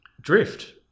drift